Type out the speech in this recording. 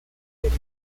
del